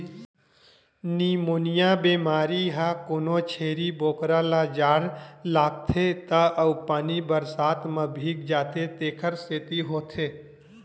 pneumonia बेमारी ह कोनो छेरी बोकरा ल जाड़ लागथे त अउ पानी बरसात म भीग जाथे तेखर सेती होथे